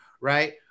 right